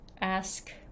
ask